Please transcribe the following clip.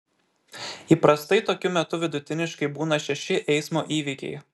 įprastai tokiu metu vidutiniškai būna šeši eismo įvykiai